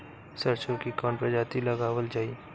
सरसो की कवन प्रजाति लगावल जाई?